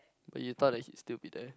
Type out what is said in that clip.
but you thought that he still be there